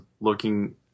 looking